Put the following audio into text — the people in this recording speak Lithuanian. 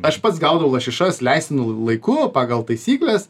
aš pats gaudau lašišas leistinu laiku pagal taisykles